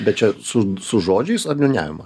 bet čia su su žodžiais ar niūniavimą